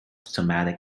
somatic